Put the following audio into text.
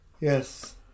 Yes